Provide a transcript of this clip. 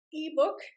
ebook